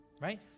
Right